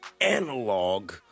analog